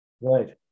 Right